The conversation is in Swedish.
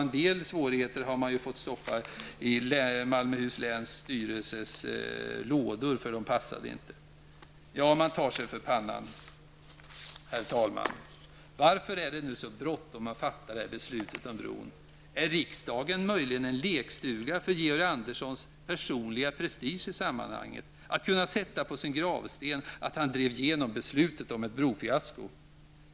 En del svårigheter har man fått stoppa i Malmöhus läns styrelses lådor på grund av att de inte passade in. Man tar sig för pannan. Herr talman! Varför är det nu så bråttom att fatta det här beslutet om bron? Är riksdagen möjligen en lekstuga för Georg Anderssons personliga prestige i sammanhanget? Vill han kunna skriva på sin gravsten att han drev igenom beslutet om ett brofiasko?